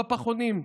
בפחונים,